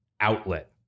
outlet